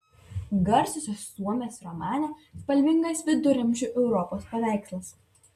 garsiosios suomės romane spalvingas viduramžių europos paveikslas